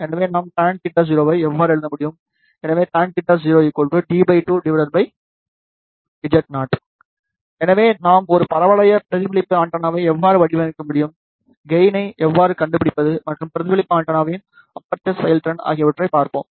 எனவே நாம் tan θ0 ஐ எவ்வாறு எழுத முடியும் எனவே tan θ0 tan 0 Z0 எனவே இப்போது நாம் ஒரு பரவளைய பிரதிபலிப்பு ஆண்டெனாவை எவ்வாறு வடிவமைக்க முடியும் கெயினை எவ்வாறு கண்டுபிடிப்பது மற்றும் பிரதிபலிப்பு ஆண்டெனாவின் அப்பெர்சர் செயல்திறன் ஆகியவற்றைப் பார்ப்போம்